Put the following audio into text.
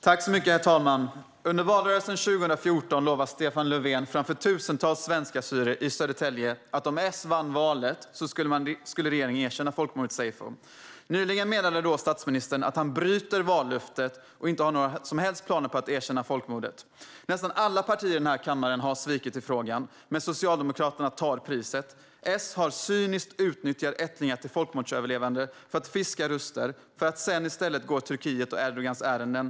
Herr talman! Under valrörelsen 2014 lovade Stefan Löfven inför tusentals svenska assyrier i Södertälje att om S vann valet skulle regeringen erkänna folkmordet seyfo. Nyligen meddelade statsministern att han bryter vallöftet och inte har några som helst planer på att erkänna folkmordet. Nästan alla partier i den här kammaren har svikit i frågan, men Socialdemokraterna tar priset. S har cyniskt utnyttjat ättlingar till folkmordsöverlevande för att fiska röster och sedan i stället gått Turkiets och Erdogans ärenden.